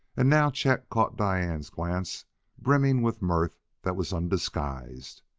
and now chet caught diane's glance brimming with mirth that was undisguised.